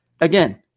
again